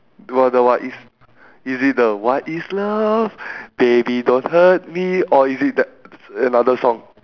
do you want know what is is it the what is love baby don't hurt me or is it tha~ another song